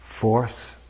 force